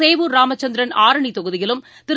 சேவூர் ராமச்சந்திரன் ஆரணி தொகுதியிலும் திரு